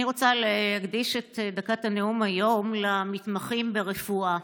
אני רוצה להקדיש את דקת הנאום היום למתמחים ברפואה,